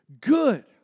good